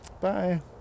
Bye